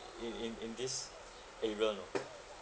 in in in this area oh